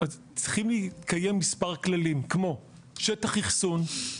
צריכים להתקיים כמה כללים כמו: שטח אחסון,